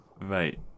Right